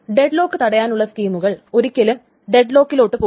dead lock തടയാനുള്ള സ്കീമുകൾ ഒരിക്കലും ഡെഡ് ലോക്കിലോട്ട് പോകില്ല